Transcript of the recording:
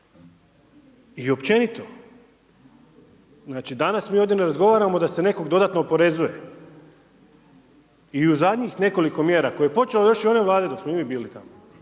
I općenito, znači danas mi ovdje ne razgovaramo da se nekoga dodatno oporezuje. I u zadnjih nekoliko mjera, koje je počelo još i u onoj Vladi, dok smo mi bili tamo,